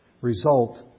result